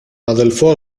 αδελφό